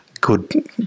good